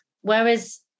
Whereas